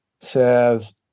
says